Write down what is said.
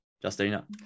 justina